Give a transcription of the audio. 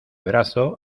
brazo